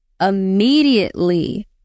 immediately